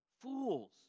Fools